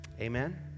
Amen